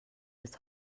bis